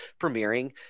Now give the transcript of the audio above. premiering